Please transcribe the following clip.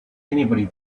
anybody